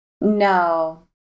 No